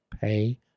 pay